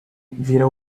vira